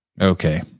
Okay